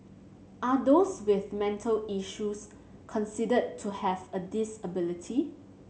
are those with mental issues considered to have a disability